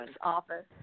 office